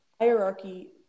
hierarchy